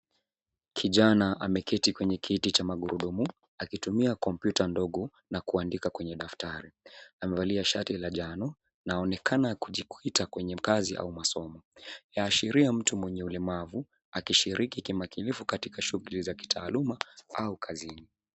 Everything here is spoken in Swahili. Kijana ameketi kwenye kiti cha magurudumu akitumia kompyuta ndogo na kuandika kwenye daftari. Amevalia shati la njano na aonekana kujikita kwenye kazi au masomo. Yaashiria mtu mwenye ulemavu akishiriki kimakinifu katika shuguli za kitaaluma au kazini.